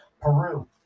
Peru